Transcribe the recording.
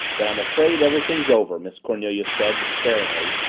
then i'm afraid everything's over, miss cornelia said despairingly,